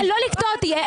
תקטעו אותי.